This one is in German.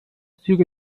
züge